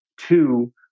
two